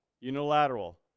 unilateral